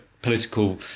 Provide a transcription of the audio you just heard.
Political